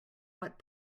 what